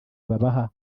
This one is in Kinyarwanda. babaha